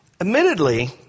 Admittedly